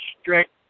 strict